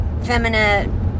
Feminine